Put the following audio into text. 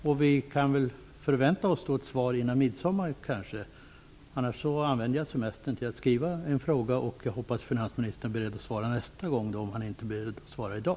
Vi kan kanske förvänta oss ett svar före midsommaren. Annars kommer jag att ägna min semestertid till att lämna in en skriftlig fråga. Jag hoppas i så fall att finansministern är beredd att svara nästa gång, om han nu inte är beredd att göra det i dag.